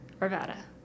Arvada